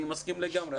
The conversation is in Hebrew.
אני מסכים לגמרי.